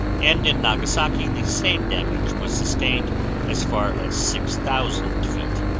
and in nagasaki the same damage was sustained as far as six thousand feet.